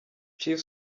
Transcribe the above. chief